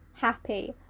happy